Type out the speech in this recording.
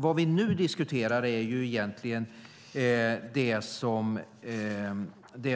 Vad vi nu diskuterar är egentligen det